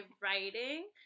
writing